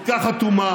כל כך אטומה,